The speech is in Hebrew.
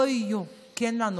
לא יהיו כי אין לנו.